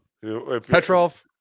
Petrov